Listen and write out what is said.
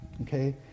Okay